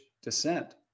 descent